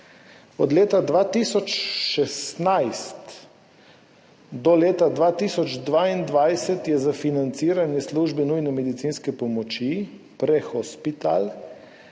Od leta 2016 do leta 2022 je za financiranje službe nujne medicinske pomoči, prehospital,